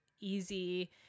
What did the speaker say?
easy